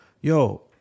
Yo